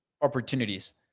opportunities